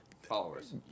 followers